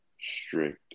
strict